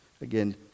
Again